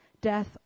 death